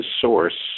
source